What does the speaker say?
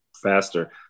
faster